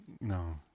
No